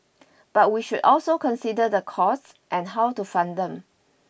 but we should also consider the costs and how to fund them